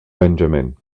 benjamin